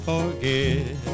forget